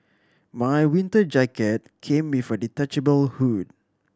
my winter jacket came with a detachable hood